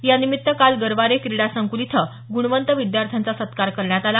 यानिमित्त काल गरवारे क्रीडा संक्ल इथं गुणवंत विद्यार्थ्यांचा सत्कार करण्यात आला